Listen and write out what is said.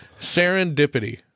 serendipity